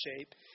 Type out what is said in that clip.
shape